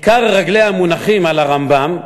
עיקר רגליה מונח על הרמב"ם,